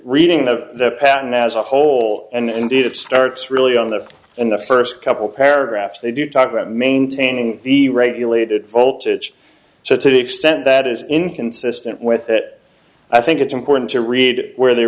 reading of the patent as a whole and indeed it starts really on the in the first couple paragraphs they do talk about maintaining the regulated voltage so to the extent that is inconsistent with that i think it's important to read where they